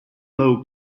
low